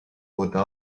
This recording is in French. rodin